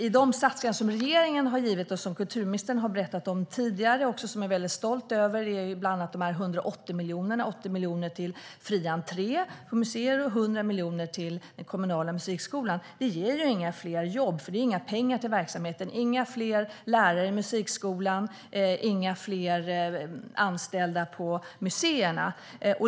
I de satsningar som regeringen har gjort och som kulturministern har berättat om tidigare och som man är väldigt stolt över finns bland annat de 180 miljonerna - det är 80 miljoner till fri entré på museer och 100 miljoner till den kommunala musikskolan. Det ger inga fler jobb, för det är inga pengar till verksamheten. Det ger inga fler lärare i musikskolan. Det ger inga fler anställda på museerna.